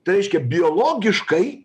tai reiškia biologiškai